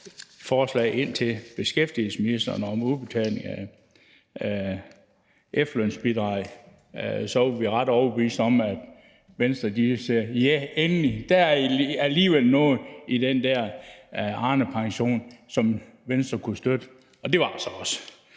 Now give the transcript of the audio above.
forslag til beskæftigelsesministeren vedrørende udbetaling af efterlønsbidraget, var vi ret overbeviste om, at Venstre ville sige: Ja, endelig! Der var alligevel noget i den der Arnepension, som Venstre kunne støtte, og det var der så også.